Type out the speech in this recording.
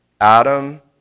Adam